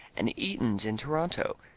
and eaton's in toronto.